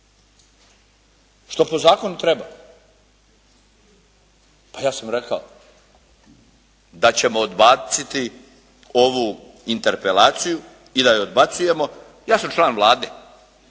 što po zakonu treba. Pa ja sam rekao da ćemo odbaciti ovu interpelaciju i da je odbacujemo. Ja sam član Vlade,